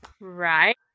Right